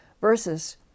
versus